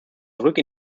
zurück